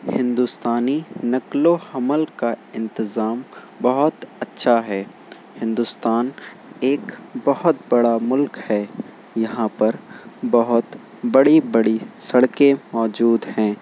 ہندوستانی نقل و حمل کا انتظام بہت اچھا ہے ہندوستان ایک بہت بڑا ملک ہے یہاں پر بہت بڑی بڑی سڑکیں موجود ہیں